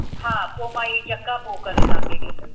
हा पोइ मां ही यका पोइ करे तव्हांखे ॾींदसि